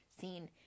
scene